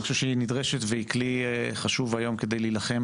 אני חושב שהיא נדרשת והיא כלי חשוב היום כדי להילחם